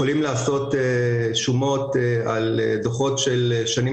יכולים לעשות שומות על דוחות של שנים